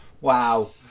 Wow